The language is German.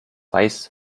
weiß